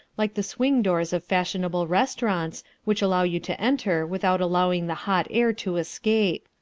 like the swing doors of fashionable restaurants, which allow you to enter without allowing the hot air to escape.